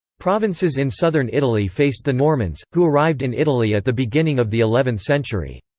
provinces in southern italy faced the normans, who arrived in italy at the beginning of the eleventh century.